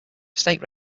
state